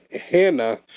Hannah